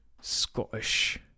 Scottish